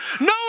No